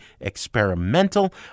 experimental